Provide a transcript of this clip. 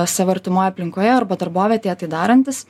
savo artimoj aplinkoje arba darbovietėje tai darantys